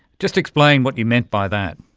just explain what you meant by that.